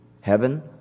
Heaven